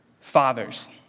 Fathers